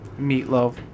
meatloaf